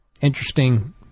interesting